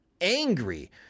angry